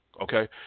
Okay